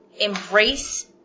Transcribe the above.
embrace